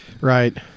Right